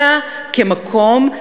אלא כמקום,